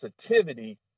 sensitivity